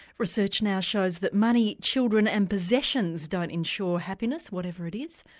research now shows that money, children and possessions don't ensure happiness whatever it is,